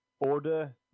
Order